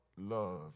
love